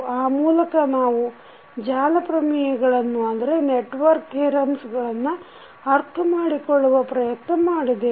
ಆ ಮೂಲಕ ನಾವು ಜಾಲ ಪ್ರಮೇಯಗಳನ್ನು ಅರ್ಥ ಮಾಡಿಕೊಳ್ಳುವ ಪ್ರಯತ್ನ ಮಾಡಿದೆವು